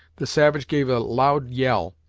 the savage gave a loud yell,